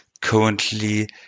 currently